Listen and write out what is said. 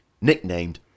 nicknamed